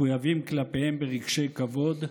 אנו מחויבים כלפיהם ברגשי כבוד,